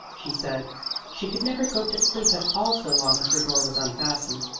she said she could never go to sleep at all so long as her door was unfastened.